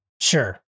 Sure